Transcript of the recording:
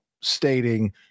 stating